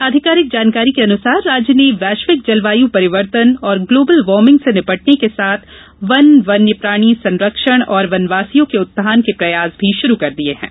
आधिकारिक जानकारी के अनुसार राज्य ने वैश्विक जलवायू परिवर्तन और ग्लोबल वार्मिंग से निपटने के साथ वन वन्य प्राणी संरक्षण और वनवासियों के उत्थान के प्रयास भी शुरू कर दिये गये हैं